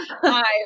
Hi